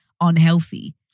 unhealthy